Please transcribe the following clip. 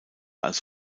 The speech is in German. als